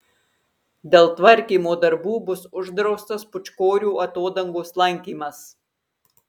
dėl tvarkymo darbų bus uždraustas pūčkorių atodangos lankymas